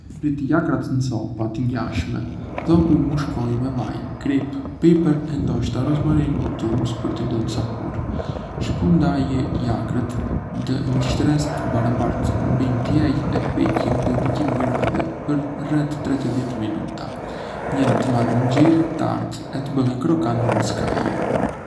Prit lakrat ndë copa të ngjashme, dhopu mëshkonj me vaj, kripë, piper e ndoshta rozmarindë o trumzë për t’i dhëndë sapúr. Shpërndaji lakrat ndë një shtresë të barabartë mbi një tjel e piqi ndë di qind°C për rreth thridjet minuta, njèra të marrin ngjyrë të artë e të bëhen krokante ndë skaje.